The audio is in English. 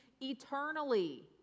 eternally